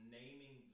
naming